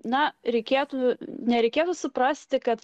na reikėtų nereikėtų suprasti kad